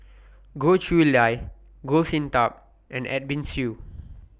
Goh Chiew Lye Goh Sin Tub and Edwin Siew